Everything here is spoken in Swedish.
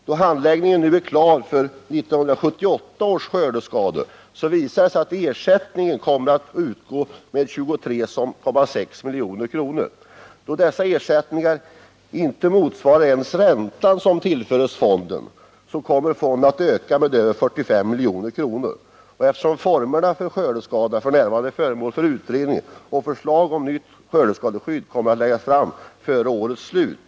Då handläggningen nu är klar för 1978 års skördeskador visar det sig att ersättning kommer att utgå med 23,6 milj.kr. Eftersom dessa ersättningar inte motsvarar ens räntan som tillföres fonden kommer fonden att öka med över 45 milj.kr. Formerna för skördeskadorna är f.n. föremål för utredning, och förslag om nytt skördeskadeskydd kommer att läggas fram före årets slut.